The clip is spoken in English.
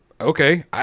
okay